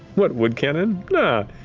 what, wood cannon? nah,